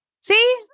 see